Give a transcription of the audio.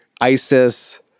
ISIS